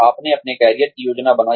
आपने अपने करियर की योजना बनाई